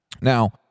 Now